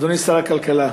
אדוני שר הכלכלה,